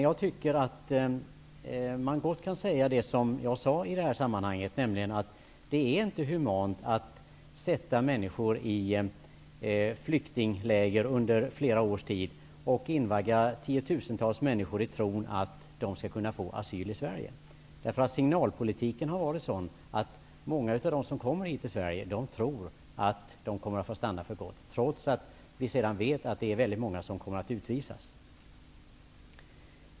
Jag tycker att man gott kan säga det som jag sade i det här sam manhanget, nämligen att det inte är humant att sätta människor i flyktingläger under flera års tid och invagga tiotusentals människor i tron att de skall kunna få asyl i Sverige. Signalpolitiken har varit sådan att många av dem som kommer hit till Sverige tror att de kom mer att få stanna för gott, trots att vi vet att det är väldigt många som sedan kommer att utvisas.